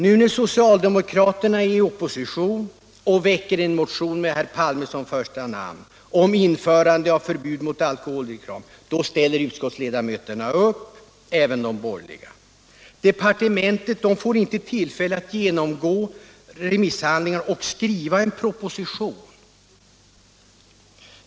Nu när socialdemokraterna är i opposition och väcker en motion, med herr Palme som första namn, om införande av förbud mot alkoholreklam, då ställer utskottsledamöterna upp — även de borgerliga. Departementet får icke tillfälle att genomgå remisshandlingar och skriva en proposition.